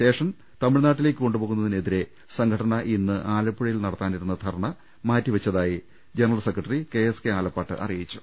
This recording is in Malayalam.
സ്റ്റേഷൻ തമിഴ്നാട്ടിലേക്കു കൊണ്ടുപോകുന്നതി നെതിരെ സംഘടന ഇന്ന് ആലപ്പുഴയിൽ നടത്താനിരുന്ന ധർണ മാറ്റിവെച്ചതായി general secretary K S K Alappat അറിയിച്ചു